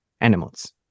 animals